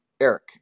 Eric